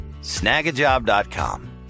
Snagajob.com